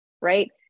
right